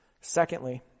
Secondly